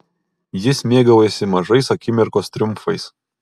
jis mėgaujasi mažais akimirkos triumfais